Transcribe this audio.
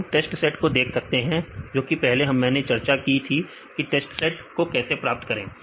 अब हम test set देख सकते हैं जो कि पहले मैंने चर्चा की की टेस्ट सेट को कैसे प्राप्त करें